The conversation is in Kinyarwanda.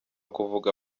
kuvuga